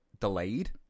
delayed